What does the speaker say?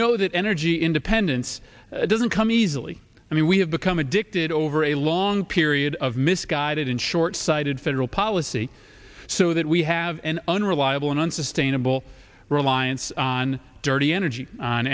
know that energy independence doesn't come easily i mean we have become addicted over a long period of misguided and shortsighted federal policy so that we have an unreliable and unsustainable reliance on dirty energy on